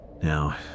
Now